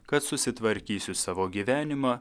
kad susitvarkysiu savo gyvenimą